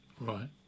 Right